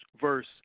verse